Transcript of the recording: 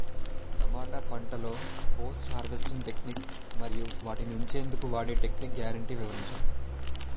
టమాటా పంటలో post harvest techniques మరియు వాటిని ఉంచెందుకు వాడే టెక్నిక్స్ గ్యారంటీ వివరించండి?